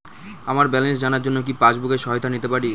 আমার ব্যালেন্স জানার জন্য কি পাসবুকের সহায়তা নিতে পারি?